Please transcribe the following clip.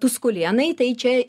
tuskulėnai tai čia